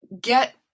get